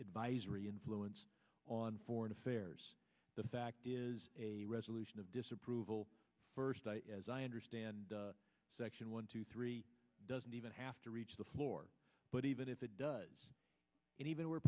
advisory influence on foreign affairs the fact is a resolution of disapproval first i as i understand section one two three doesn't even have to reach the floor but even if it does and even were